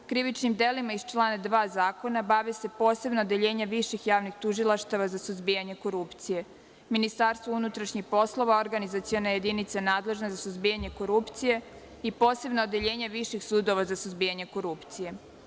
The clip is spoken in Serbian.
Krivičnim delima iz člana 2. zakona bave se posebna odeljenja viših javnih tužilaštava za suzbijanje korupcije, MUP, Organizaciona jedinica nadležna za suzbijanje korupcije i Posebno odeljenje viših sudova za suzbijanje korupcije.